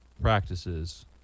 practices